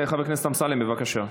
חבר הכנסת אמסלם, בבקשה.